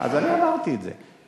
אז אני אמרתי את זה.